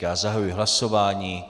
Já zahajuji hlasování.